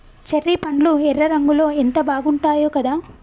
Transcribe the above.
cherry పండ్లు ఎర్ర రంగులో ఎంత బాగుంటాయో కదా